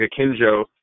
Akinjo